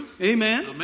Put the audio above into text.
amen